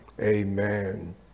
Amen